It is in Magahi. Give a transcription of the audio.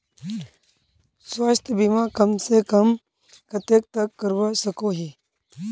स्वास्थ्य बीमा कम से कम कतेक तक करवा सकोहो ही?